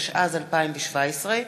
התשע"ז 2017,